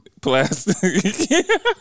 Plastic